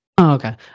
Okay